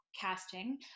casting